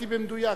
הקראתי במדויק.